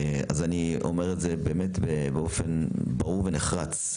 אני אומר את זה באופן באמת ברור ונחרץ: